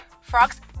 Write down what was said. frogs